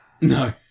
No